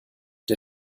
der